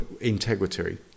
integrity